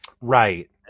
right